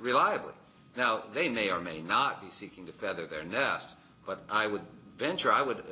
reliably now they may or may not be seeking to feather their nests but i would venture i would